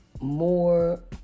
more